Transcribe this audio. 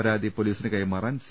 പരാതി പൊലീസിന് കൈമാറാൻ സി